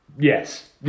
yes